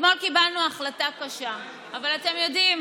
אתמול קיבלנו החלטה קשה אבל אתם יודעים,